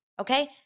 okay